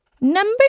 Number